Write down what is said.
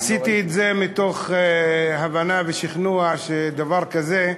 עשיתי את זה מתוך הבנה ושכנוע שדבר כזה,